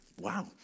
Wow